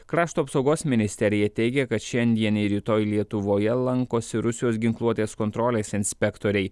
krašto apsaugos ministerija teigia kad šiandien ir rytoj lietuvoje lankosi rusijos ginkluotės kontrolės inspektoriai